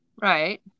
Right